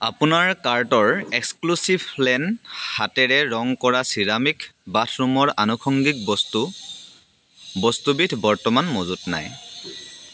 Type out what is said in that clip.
আপোনাৰ কাৰ্টৰ এক্সক্লুচিভলেন হাতেৰে ৰং কৰা চিৰামিক বাথৰুমৰ আনুষংগিক বস্তু বস্তুবিধ বৰ্তমান মজুত নাই